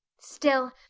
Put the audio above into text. still,